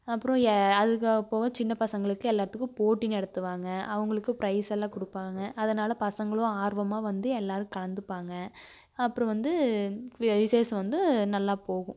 அப்புறோம் ய அதுக்கப்புறோம் சின்ன பசங்களுக்கு எல்லாத்துக்கும் போட்டி நடத்துவாங்க அவங்களுக்கு ப்ரைஸ் எல்லாம் கொடுப்பாங்க அதனால் பசங்களும் ஆர்வமாக வந்து எல்லாரும் கலந்துப்பாங்க அப்புறோம் வந்து விஷேசம் வந்து நல்லா போகும்